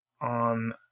on